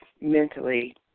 mentally